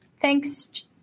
Thanks